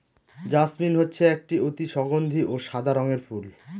jasmine হচ্ছে একটি অতি সগন্ধি ও সাদা রঙের ফুল